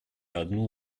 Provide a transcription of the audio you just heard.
одну